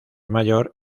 mayor